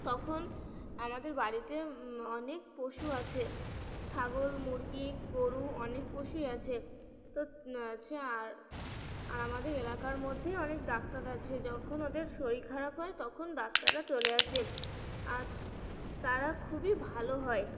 তখন আমাদের বাড়িতে অনেক পশু আছে ছাগল মুরগি গরু অনেক পশুই আছে তো আছে আর আমাদের এলাকার মধ্যেই অনেক ডাক্তার আছে যখন ওদের শরীর খারাপ হয় তখন ডাক্তাররা চলে আসে আর তারা খুবই ভালো হয়